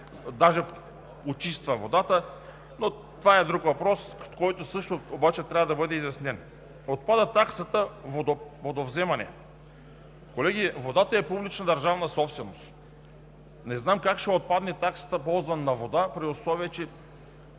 я очиства, но това е въпрос, който също трябва да бъде изяснен. Отпада таксата „Водовземане“. Колеги, водата е публична държавна собственост. Не знам как ще отпадне таксата „Ползване на вода“, при условие че